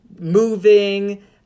moving